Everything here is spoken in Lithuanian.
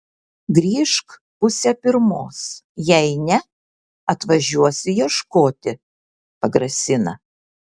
grįžk pusę pirmos jei ne atvažiuosiu ieškoti pagrasina